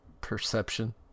perception